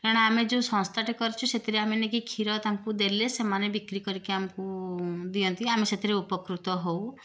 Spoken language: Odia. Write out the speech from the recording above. କାରଣ ଆମେ ଯେଉଁ ସଂସ୍ଥାଟି କରିଛୁ ସେଥିରେ ଆମେ ନେଇକି କ୍ଷୀର ତାଙ୍କୁ ନେଇକି ଦେଲେ ସେମାନେ ବିକ୍ରି କରିକି ଆମକୁ ଦିଅନ୍ତି ଆମେ ସେଥିରେ ଉପକୃତ ହେଉ